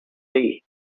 day